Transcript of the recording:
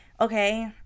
Okay